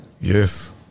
Yes